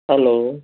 hello